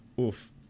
oof